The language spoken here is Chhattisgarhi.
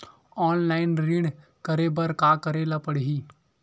ऑनलाइन ऋण करे बर का करे ल पड़हि?